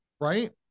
Right